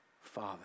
Father